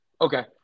Okay